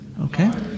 Okay